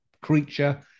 creature